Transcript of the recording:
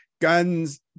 guns